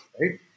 right